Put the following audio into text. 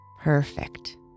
Perfect